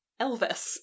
Elvis